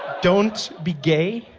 don't be gay?